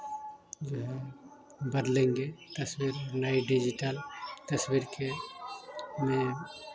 जो है बदलेंगे तस्वीर नए डिज़िटल तस्वीर के में